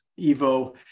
Evo